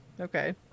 Okay